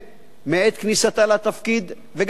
מעת כניסתה לתפקיד, וגם קודם,